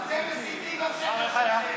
אתם מסיתים לשקר שלכם.